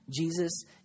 Jesus